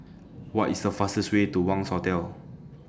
What IS The fastest Way to Wangz Hotel